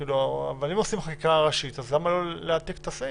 אם עושים חקיקה ראשית, למה לא להעתיק את הסעיף?